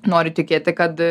noriu tikėti kad